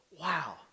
wow